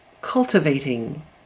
cultivating